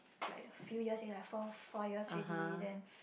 like a few years already lah four four years already then